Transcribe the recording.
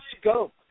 scope